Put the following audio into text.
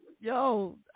Yo